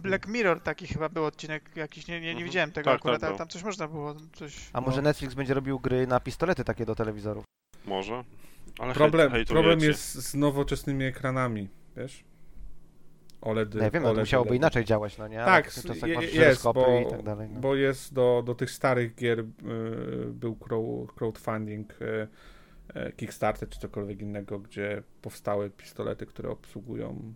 Black Mirror, taki chyba był odcinek jakiś, nie- nie- nie Mhm. widziałem tego Tak, akurat, tak ale był. tam coś można było, coś- A może No. Netflix będzie robił gry na pistolety takie do telewizorów? Może. Ale hej- Problem- hejtujecie. problem jest z nowoczesnymi ekranami, wiesz? OLEDy, No ja wiem, ale to OLEDy, musiałoby LEDy. inaczej działać, no nie? Ale Tak, to są je- tak je- masz jest, żyroskopy i tak bo- dalej, no. bo jest do- do tych starych gier, e, był crow- crowdfunding, e, e, Kickstarter czy cokolwiek innego, gdzie powstały pistolety, które obsługują